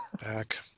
back